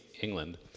England